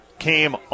came